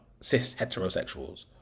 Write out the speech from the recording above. cis-heterosexuals